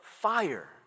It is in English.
fire